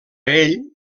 ell